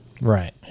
Right